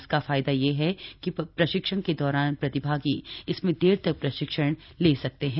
इसका फायदा यह है कि प्रशिक्षण के दौरान प्रतिभागी इसमें देर तक प्रशिक्षण ले सकते है